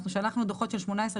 שלחנו דוחות של שנים 2018,